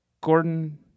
Gordon